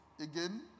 again